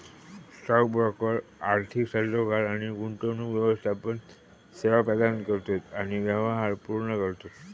stock broker आर्थिक सल्लोगार आणि गुंतवणूक व्यवस्थापन सेवा प्रदान करतत आणि व्यवहार पूर्ण करतत